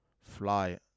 fly